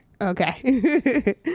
okay